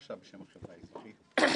וזה לא מובן מאליו שהגענו עד הלום,